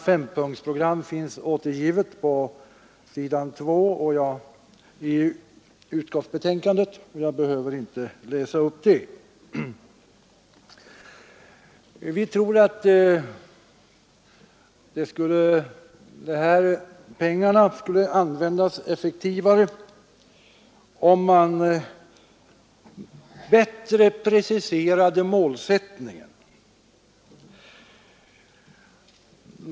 Detta program finns återgivet på s. 2 i utskottsbetänkandet, och jag behöver därför inte läsa upp det. Vi tror att de här pengarna skulle användas effektivare om man bättre preciserade målsättningen.